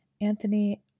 Anthony